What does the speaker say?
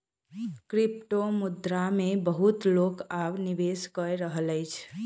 क्रिप्टोमुद्रा मे बहुत लोक अब निवेश कय रहल अछि